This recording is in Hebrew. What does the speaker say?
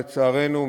לצערנו,